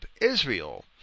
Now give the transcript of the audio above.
Israel